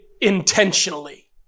intentionally